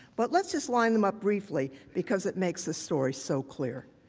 but let's just line them up briefly because it makes the story so clear.